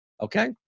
Okay